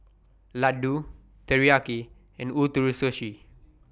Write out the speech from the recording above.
Ladoo Teriyaki and Ootoro Sushi